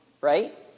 right